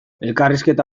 elkarrizketa